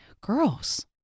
girls